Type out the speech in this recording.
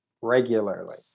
regularly